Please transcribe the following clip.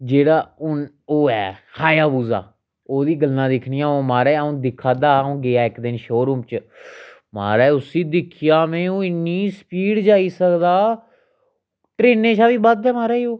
जेह्ड़ा हून ओह् ऐ हायाबूजा ओह्दी गल्लां दिक्खनियां होन महाराज आ'ऊं दिक्खा दा हा आ'ऊं गेआ इक दिन शोरूम च महाराज उसी दिक्खेआ में ओह् इन्नी स्पीड जाई सकदा ट्रेनै शा बी बद्ध ऐ महाराज ऐ ओह्